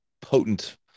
potent